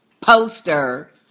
poster